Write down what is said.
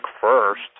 first